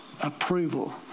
approval